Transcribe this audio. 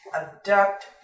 abduct